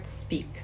Speak